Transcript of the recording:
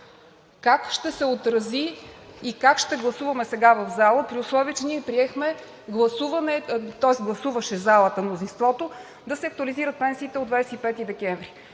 Как ще се отрази и как ще гласуваме сега в залата, при условие че ние приехме гласуване, тоест гласуваше залата – мнозинството, да се актуализират пенсиите от 25 декември?